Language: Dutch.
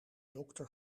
dokter